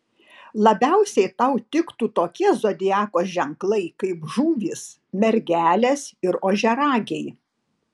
labiausiai tau tiktų tokie zodiako ženklai kaip žuvys mergelės ir ožiaragiai